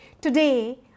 Today